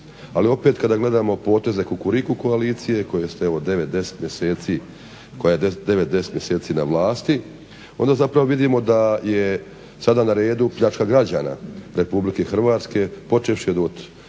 ali opet kada gledamo poteze Kukuriku koalicije koja je 9-10 mjeseci na vlasti onda zapravo vidimo da je sada ne redu pljačka građana Republike Hrvatske, počevši od